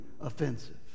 offensive